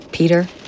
Peter